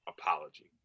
apology